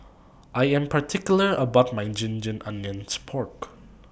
I Am particular about My Ginger Onions Pork